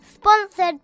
Sponsored